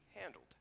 handled